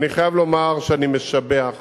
ואני חייב לומר שאני משבח